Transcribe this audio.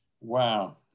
Wow